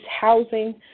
housing